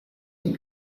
been